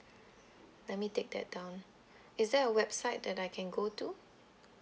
let me take that down is there a website that I can go to